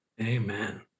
Amen